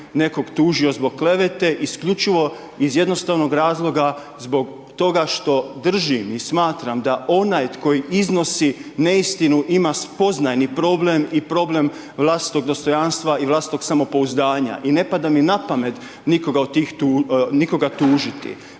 nekog tužio zbog klevete isključivo iz jednostavnog razloga zbog toga što držim i smatram da onaj koji iznosi neistinu ima spoznajni problem i problem vlastitog dostojanstva i vlastitog samopouzdanja i ne pada mi na pamet nikoga tužiti.